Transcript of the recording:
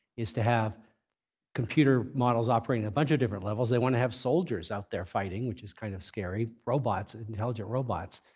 is to have computer models operating at a bunch of different levels. they want to have soldiers out there fighting, which is kind of scary. robots, intelligent robots.